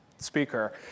Speaker